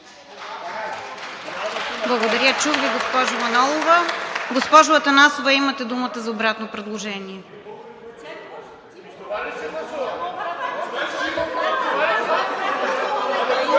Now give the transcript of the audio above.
Благодаря. Чух Ви, госпожо Манолова. Госпожо Атанасова, имате думата за обратно предложение.